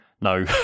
No